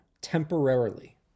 temporarily